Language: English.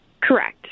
Correct